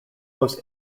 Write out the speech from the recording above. most